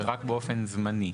זה רק באופן זמני.